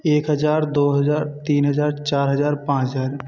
एक हज़ार दो हज़ार तीन हज़ार चार हज़ार पाँच हज़ार